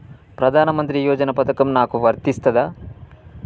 ప్రధానమంత్రి యోజన పథకం నాకు వర్తిస్తదా?